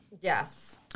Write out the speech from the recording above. Yes